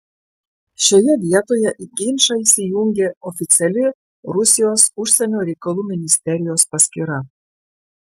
šioje vietoje į ginčą įsijungė oficiali rusijos užsienio reikalų ministerijos paskyra